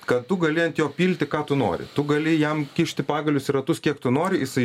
kad tu gali ant jo pilti ką tu nori tu gali jam kišti pagalius į ratus kiek tu nori jisai